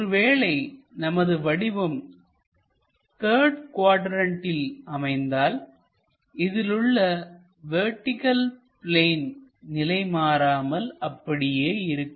ஒருவேளை நமது வடிவம் த்தர்டு குவாட்ரண்ட்டில் அமைந்தால்இதிலுள்ள வெர்டிகள் பிளேன் நிலை மாறாமல் அப்படியே இருக்கும்